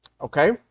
Okay